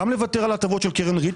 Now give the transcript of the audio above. גם לוותר על ההטבות של קרן ריט.